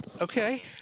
Okay